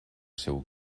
seu